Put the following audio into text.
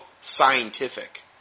scientific